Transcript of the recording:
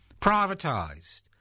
Privatised